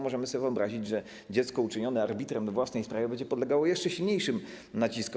Możemy sobie wyobrazić, że dziecko uczynione arbitrem we własnej sprawie będzie podlegało jeszcze silniejszym naciskom.